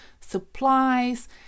supplies